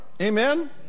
Amen